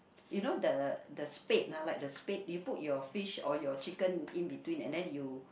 you know the the spade ah like the spade you put your fish or your chicken in between and then you